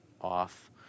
off